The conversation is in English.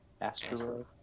Asteroid